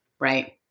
Right